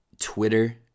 Twitter